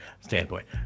standpoint